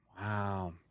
Wow